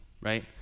right